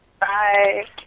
Bye